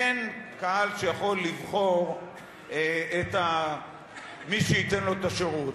אין קהל שיכול לבחור את מי שייתן לו את השירות.